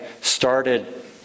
started